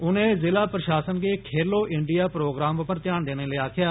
उनें जिला प्रशासन गी खेलो इंडियां प्रोग्राम पर ध्यान देने लेई बी आखेया